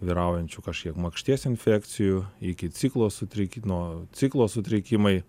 vyraujančių kažkiek makšties infekcijų iki ciklo sutriki nuo ciklo sutrikimai